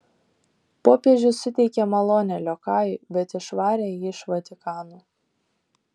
popiežius suteikė malonę liokajui bet išvarė jį iš vatikano